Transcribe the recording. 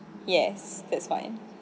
yes that's fine